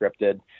scripted